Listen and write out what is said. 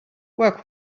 work